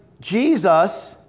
Jesus